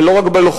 ולא רק בלוחמים,